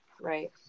Right